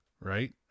Right